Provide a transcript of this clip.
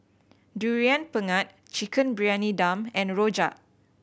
Durian Pengat Chicken Briyani Dum and rojak